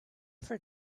for